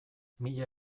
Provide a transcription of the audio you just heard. mila